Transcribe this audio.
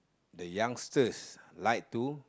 they youngsters like to